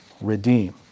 redeem